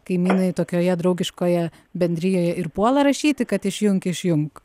kaimynai tokioje draugiškoje bendrijoje ir puola rašyti kad išjunk išjunk